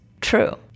true